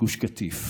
בגוש קטיף.